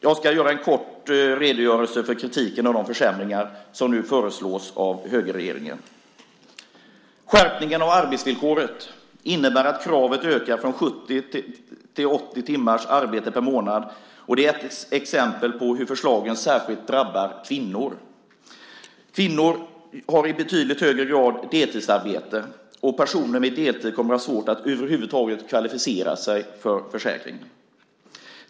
Jag ska göra en kort redogörelse för kritiken av de försämringar som nu föreslås av högerregeringen. Skärpningen av arbetsvillkoret innebär att kravet ökar från 70 till 80 timmars arbete per månad, och det är ett exempel på hur förslagen särskilt drabbar kvinnor. Kvinnor har i betydligt högre grad deltidsarbete, och personer med deltid kommer att ha svårt att över huvud taget kvalificera sig för försäkringen.